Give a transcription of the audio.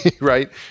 right